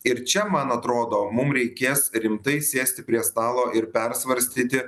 ir čia man atrodo mum reikės rimtai sėsti prie stalo ir persvarstyti